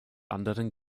anderen